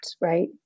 right